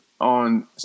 on